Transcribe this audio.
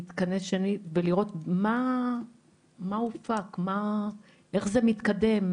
להתכנס שנית ולראות איך הדברים מתקדמים,